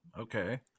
Okay